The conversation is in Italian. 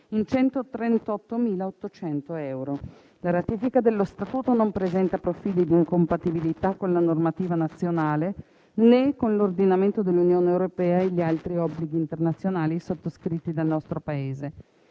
in 138.800 euro. La ratifica dello Statuto non presenta profili di incompatibilità con la normativa nazionale, né con l'ordinamento dell'Unione europea e gli altri obblighi internazionali sottoscritti dal nostro Paese.